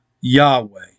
Yahweh